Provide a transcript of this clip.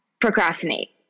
procrastinate